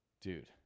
Dude